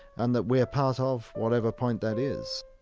and that we're part ah of whatever point that is